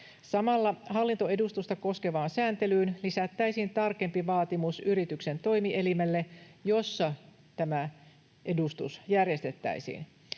Samalla hallintoedustusta koskevaan sääntelyyn lisättäisiin tarkempi vaatimus yrityksen toimielimelle, jossa tämä edustus järjestettäisiin.